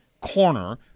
corner